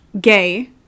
gay